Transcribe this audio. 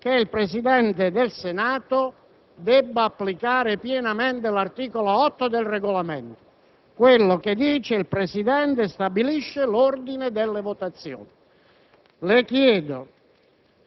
il Presidente del Senato debba applicare pienamente l'articolo 8 del Regolamento, quello che prescrive che il Presidente stabilisce l'ordine delle votazioni. Le chiedo